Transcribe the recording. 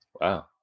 wow